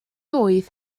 oedd